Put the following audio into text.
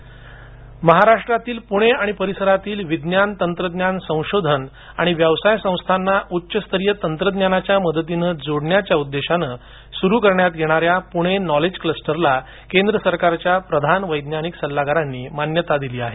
Pune knowledge cluster महाराष्ट्रातील पुणे आणि परिसरातील विज्ञान तंत्रज्ञान संशोधन आणि व्यवसाय संस्थांना उच्चस्तरीय तंत्रज्ञानाच्या मदतीनं जोडण्याच्या उद्देशानं सुरु करण्यात येणाऱ्या पुणे नॉलेज क्लस्टरला केंद्र सरकारच्या प्रधान वैज्ञानिक सल्लागारांनी मान्यता दिली आहे